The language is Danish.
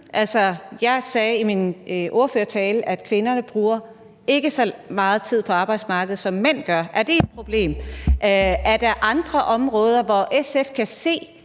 Jeg sagde i min ordførertale, at kvinderne ikke bruger så meget tid på arbejdsmarkedet, som mænd gør – er det et problem? Er der andre områder, hvor SF kan se,